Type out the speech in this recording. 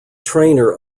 trainer